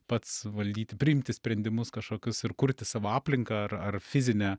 pats valdyti priimti sprendimus kažkokius ir kurti savo aplinką ar ar fizinę